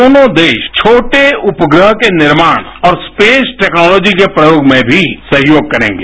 दोनों देश छोटे उपग्रह के निर्माण और स्पेस टेक्नोलॉजी के प्रयोग में भी सहयोग करेंगे